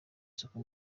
soko